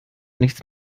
nichts